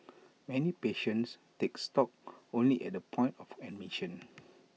many patients take stock only at the point of admission